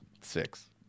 six